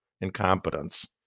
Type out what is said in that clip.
incompetence